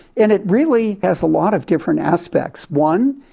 and it really has a lot of different aspects. one,